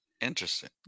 Interesting